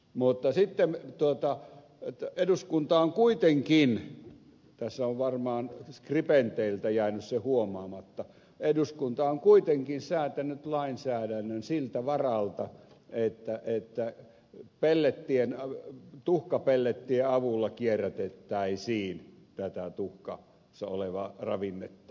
mutta sitten eduskunta on kuitenkin tässä on varmaan skribenteiltä jäänyt se huomaamatta säätänyt lainsäädännön siltä varalta että tuhkapellettien avulla kierrätettäisiin tätä tuhkassa olevaa ravinnetta